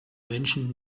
menschen